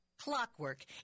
Clockwork